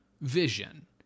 vision